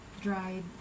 dried